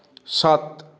সাত